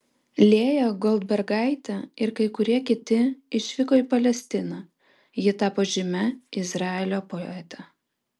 lėja goldbergaitė ir kai kurie kiti išvyko į palestiną ji tapo žymia izraelio poete